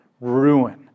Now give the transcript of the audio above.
ruin